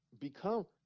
become